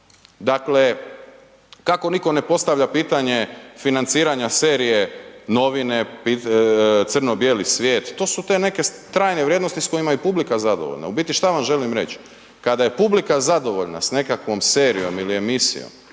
Dakle, kako nitko ne postavlja pitanje financiranja serije „Novine“, „Crno-bijeli svijet“, to su te neke trajne vrijednosti s kojima je i publika zadovoljna. U biti šta vam želim reć? Kada je publika zadovoljna sa nekakvom serijom ili emisijom,